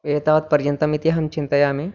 एतावत् पर्यन्तम् इत्यहं चिन्तयामि